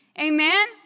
Amen